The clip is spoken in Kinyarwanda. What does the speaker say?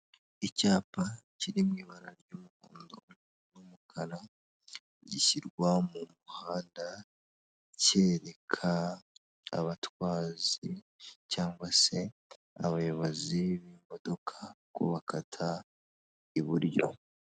Icyapa kiri mu ibara ry'umuhondo n'umukara, gishyirwa mu muhanda cyereka abatwazi cyangwa se abayobozi b'imodoka ko bakata iburyo.